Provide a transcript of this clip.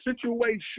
situation